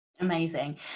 Amazing